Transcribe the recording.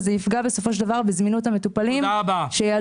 וזה יפגע בסופו של דבר בזמינות המטופלים שייאלצו